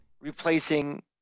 replacing